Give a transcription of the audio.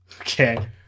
Okay